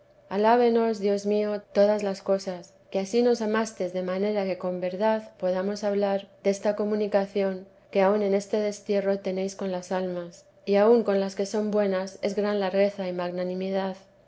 dios mío todas las cosas que ansí nos amastes de manera que con verdad podamos hablar desta comunicación que aun en este destierro tenéis con las almas y aun con las que son buenas es gran largueza y magnanimidad